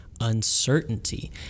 uncertainty